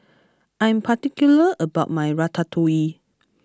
I am particular about my Ratatouille